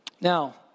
Now